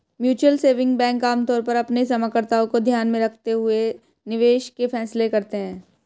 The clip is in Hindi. म्यूचुअल सेविंग बैंक आमतौर पर अपने जमाकर्ताओं को ध्यान में रखते हुए निवेश के फैसले करते हैं